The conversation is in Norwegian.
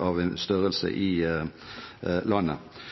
av en viss størrelse i landet.